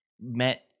met